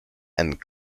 and